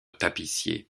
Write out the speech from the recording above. tapissier